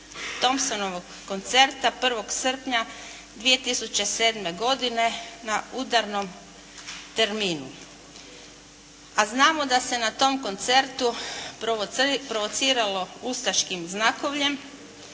Thompsonovog koncerta 1. srpnja 2007. godine na udarnom terminu, a znamo da se na tom koncertu provociralo ustaškim znakovljem,